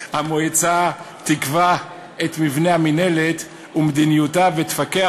המועצה תקבע את מבנה המינהלת ומדיניותה ותפקח